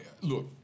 look